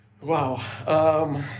Wow